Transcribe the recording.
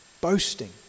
boasting